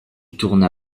tourna